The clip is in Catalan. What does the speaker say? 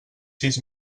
sis